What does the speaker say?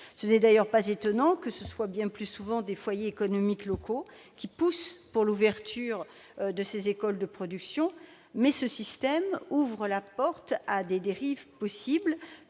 Ce n'est d'ailleurs pas étonnant que ce soit bien plus souvent des foyers économiques locaux qui poussent à l'ouverture d'écoles de production. Ce système s'expose toutefois à des dérives en